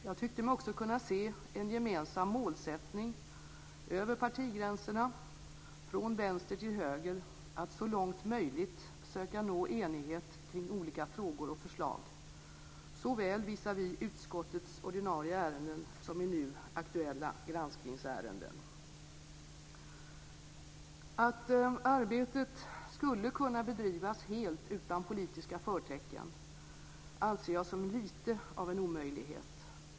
Jag tyckte mig också kunna se en gemensam målsättning över partigränserna, från vänster till höger, att så långt möjligt söka nå enighet kring olika frågor och förslag såväl visavi utskottets ordinarie ärenden som i nu aktuella granskningsärenden. Att arbetet skulle kunna bedrivas helt utan politiska förtecken anser jag som lite av en omöjlighet.